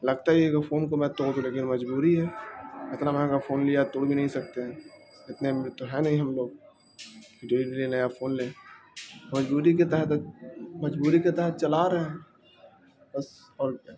لگتا ہی فون کو میں توڑ لیکن مجبوری ہے اتنا مہنگا فون لیا توڑ بھی نہیں سکتے اتنے تو ہے نہیں ہم لوگ ڈلی ڈلی نیا فون لیں مجبوری کے تحت مجبوری کے تحت چلا آ رہے ہیں بس اور